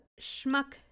Schmuck